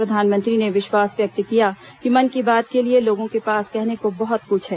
प्रधानमंत्री ने विश्वास व्यक्त किया कि मन की बात के लिए लोगों के पास कहने को बहुत कुछ है